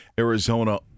Arizona